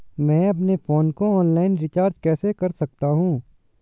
मैं अपने फोन को ऑनलाइन रीचार्ज कैसे कर सकता हूं?